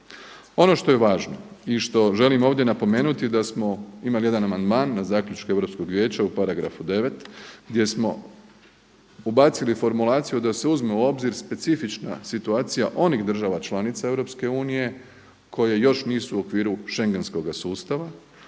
Ono što je važno i što želim ovdje napomenuti da smo imali jedan amandman na zaključke Europskog vijeća u paragrafu 9. gdje smo ubacili formulaciju da se uzme u obzir specifična situacija onih država članica EU koje još nisu u okviru schengenskoga sustava